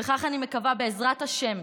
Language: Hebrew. וכך אני מקווה, בעזרת השם,